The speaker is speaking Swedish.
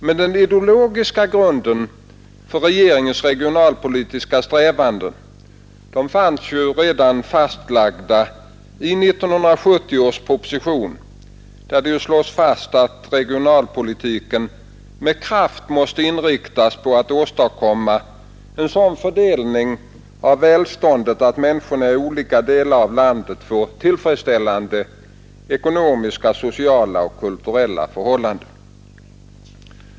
Men den ideologiska grunden för regeringens regionalpolitiska strävanden fanns ju redan fastlagd i 1970 års proposition, där det slogs fast att regionalpolitiken med kraft måste inriktas på att åstadkomma en sådan fördelning av välståndet att människorna i olika delar av landet får tillfredsställande ekonomiska, sociala och kulturella förhållanden.